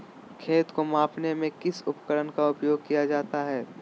खेत को मापने में किस उपकरण का उपयोग किया जाता है?